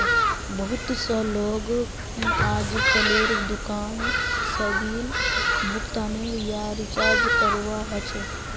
बहुत स लोग अजकालेर दुकान स बिल भुगतान या रीचार्जक करवा ह छेक